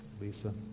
Lisa